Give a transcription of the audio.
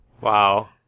Wow